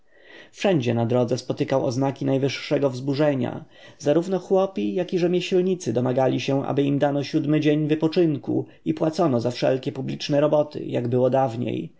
wszędzie na drodze spotykał oznaki najwyższego wzburzenia zarówno chłopi jak rzemieślnicy domagali się aby im dano siódmy dzień wypoczynku i płacono za wszelkie publiczne roboty jak było dawniej